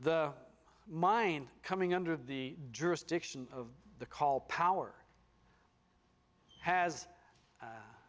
the mind coming under the jurisdiction of the call power has